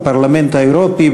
בפרלמנט האירופי,